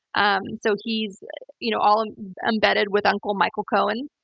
um so, he's you know all embedded with uncle michael cohen.